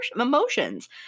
emotions